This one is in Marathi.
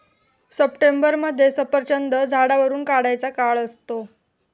सप्टेंबरमध्ये सफरचंद झाडावरुन काढायचा काळ असतो